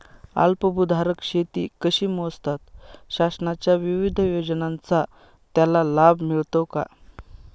अल्पभूधारक शेती कशी मोजतात? शासनाच्या विविध योजनांचा त्याला लाभ मिळतो का?